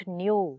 new